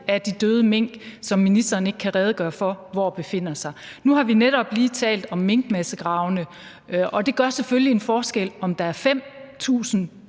af de døde mink, som ministeren ikke kan redegøre for hvor befinder sig. Nu har vi netop lige talt om minkmassegravene, og det gør selvfølgelig en forskel, om der er 5.000